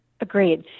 Agreed